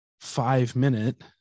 five-minute